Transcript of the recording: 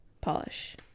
polish